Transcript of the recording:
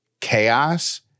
chaos